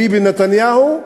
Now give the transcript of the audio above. ביבי נתניהו,